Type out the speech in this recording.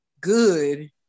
good